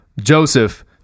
Joseph